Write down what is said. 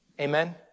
Amen